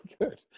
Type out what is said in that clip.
good